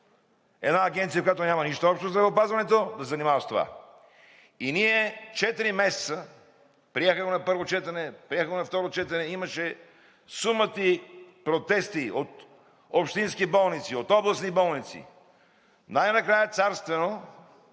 една Агенция, която няма нищо общо със здравеопазването, да се занимава с това! Ние четири месеца – приехме на първо, приехме на второ четене, имаше сума ти протести от общински болници, от областни болници! Най-накрая царствено